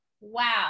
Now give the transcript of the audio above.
Wow